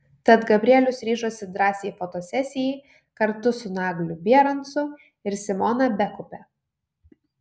tad gabrielius ryžosi drąsiai fotosesijai kartu su nagliu bierancu ir simona bekupe